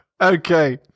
Okay